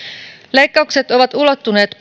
leikkaukset ovat ulottuneet